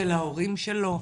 של ההורים שלו,